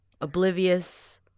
oblivious